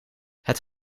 het